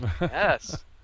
Yes